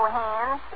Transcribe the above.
hands